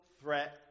threat